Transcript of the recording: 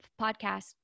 podcast